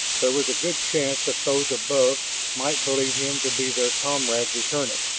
there was a good chance that those above might believe him to be their comrade returning.